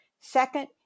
Second